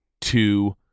two